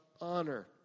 honor